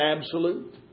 absolute